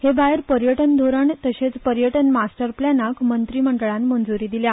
हे भायर पर्यटन धोरण तशेच पर्यटन मास्टर प्लॅनाक मंत्रिमंडळान मंज्री दिल्या